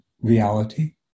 reality